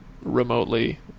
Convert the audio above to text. remotely